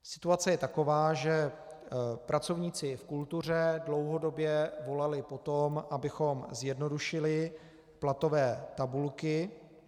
Situace je taková, že pracovníci v kultuře dlouhodobě volali po tom, abychom zjednodušili platové tabulky.